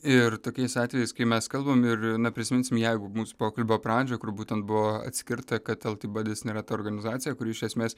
ir tokiais atvejais kai mes kalbam ir na prisiminsim jeigu mūsų pokalbio pradžią kur būtent buvo atskirta kad el ti badis nėra ta organizacija kuri iš esmės